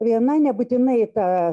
viena nebūtinai ta